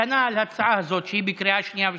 כנ"ל הצעה זאת, שהיא בקריאה שנייה ושלישית,